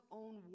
own